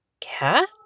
cat